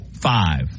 five